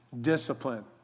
discipline